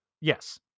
Yes